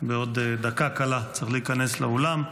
בעוד דקה קלה צריך להיכנס לאולם.